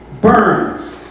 burn